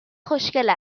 خوشگل